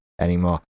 anymore